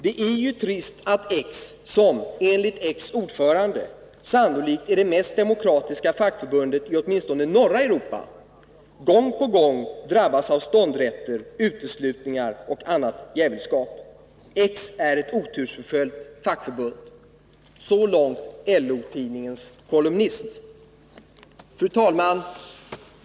Det är ju väldigt trist att -—-- som, enligt ---”— fackförbundets ordförande -” sannolikt är det mest demokratiska fackförbundet i åtminstone norra Europa, gång på gång drabbas av ståndrätter, uteslutningar och annat djävulskap. —-—-- är ett otursförföljt fackförbund.” Fru talman!